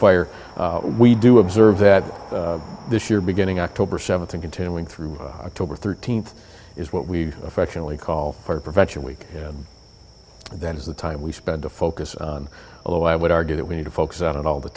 fire we do observe that this year beginning october seventh and continuing through october thirteenth is what we affectionately call fire prevention week that is the time we spend to focus on although i would argue that we need to focus on all the